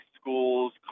schools